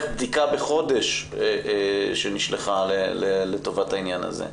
בדיקה בחודש נשלחה לטובת העניין הזה.